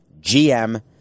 GM